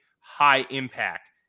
high-impact